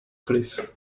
cliff